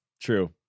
true